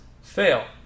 fail